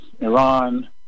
Iran